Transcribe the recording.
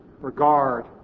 regard